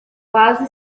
quase